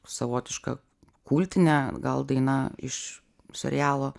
savotiška kultinė gal daina iš serialo